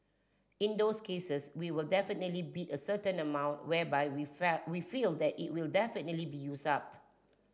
in those cases we will definitely bid a certain amount whereby we felt we feel that it will definitely be used up